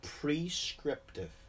prescriptive